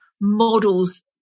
models